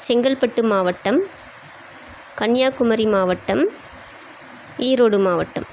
செங்கல்பட்டு மாவட்டம் கன்னியாகுமரி மாவட்டம் ஈரோடு மாவட்டம்